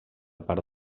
part